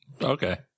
Okay